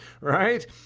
right